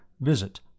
visit